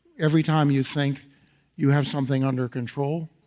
every time you think you have something under control,